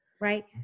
right